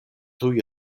tuj